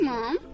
Mom